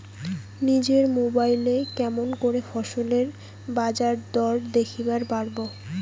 নিজের মোবাইলে কেমন করে ফসলের বাজারদর দেখিবার পারবো?